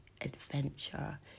adventure